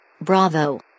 Bravo